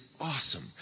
awesome